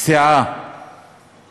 לא סיעה